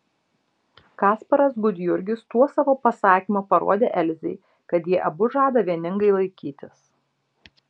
kasparas gudjurgis tuo savo pasakymu parodė elzei kad jie abu žada vieningai laikytis